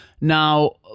Now